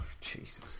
Jesus